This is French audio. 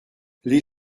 les